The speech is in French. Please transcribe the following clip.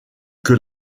que